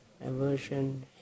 aversion